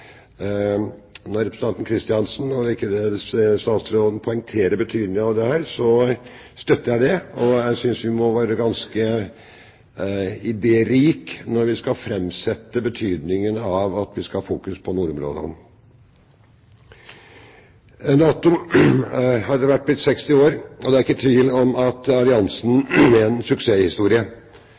statsråden, poengterer betydningen av dette, støtter jeg det, og jeg synes vi må være ganske idérike når vi skal understreke betydningen av at vi skal ha fokus på nordområdene. NATO har etter hvert blitt 60 år, og det er ikke tvil om at alliansen er en suksesshistorie.